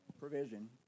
Provision